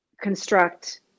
construct